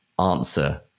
answer